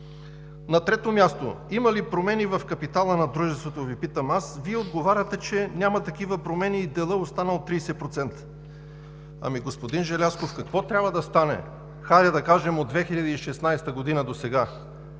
На трето място, има ли промени в капитала на дружеството Ви питам аз, Вие отговаряте, че няма такива промени и делът е останал 30%. Ами, господин Желязков, какво трябва да стане, хайде, да кажем от 2016 г. досега?